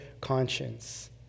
conscience